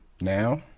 Now